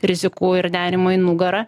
rizikų ir nerimo į nugarą